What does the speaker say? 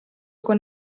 con